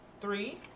three